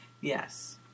Yes